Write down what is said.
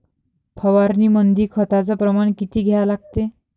फवारनीमंदी खताचं प्रमान किती घ्या लागते?